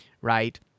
Right